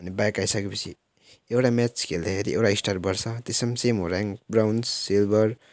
अन्त ब्याक आइसके पछि एउटा म्याच खेल्दाखेरि एउटा स्टार बढ्छ त्यसमा सेम हो र्याङ्क ब्राोन्ज सिल्भर